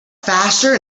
faster